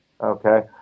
Okay